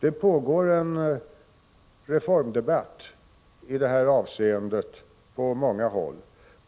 Det pågår på många håll en reformdebatt i det här avseendet,